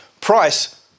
price